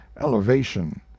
elevation